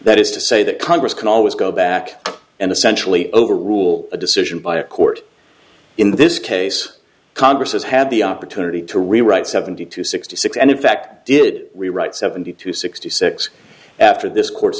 that is to say that congress can always go back and essentially over rule a decision by a court in this case congress has had the opportunity to rewrite seventy two sixty six and in fact did rewrite seventy two sixty six after this court's